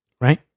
Right